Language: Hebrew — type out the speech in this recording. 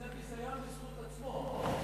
זה ביזיון בזכות עצמו.